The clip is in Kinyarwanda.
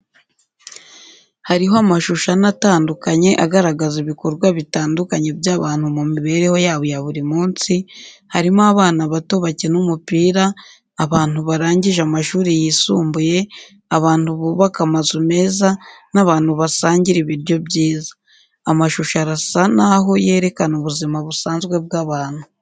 Hariho amashusho ane atandukanye agaragaza ibikorwa bitandukanye by'abantu mu mibereho yabo ya buri munsi, harimo abana bato bakina umupira, abantu barangije amashuri yisumbuye, abantu bubaka amazu meza, n'abantu basangira ibiryo byiza. Amashusho arasa n'aho yerekana ubuzima busanzwe bw'abantu.